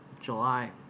July